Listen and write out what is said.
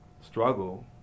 struggle